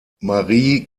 marie